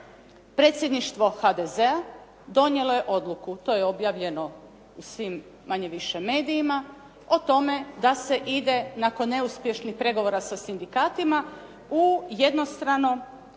Predsjedništvo HDZ-a donijelo je odluku, to je objavljeno u svim manje-više medijima o tome da se ide nakon neuspješnih pregovora sa sindikatima u jednostrano